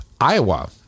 Iowa